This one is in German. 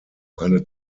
eine